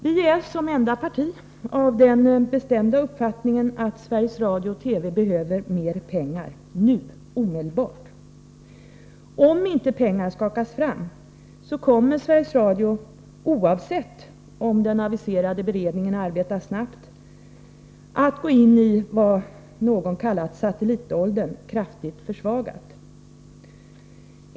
Vpk är det enda parti som har den bestämda uppfattningen att Sveriges Radio/TV behöver mer pengar nu. Omedelbart! Om inte pengar skakas fram, så kommer Sveriges Radio, oavsett om den aviserade beredningen arbetar snabbt, att gå in i vad någon kallat satellitåldern kraftigt försvagat.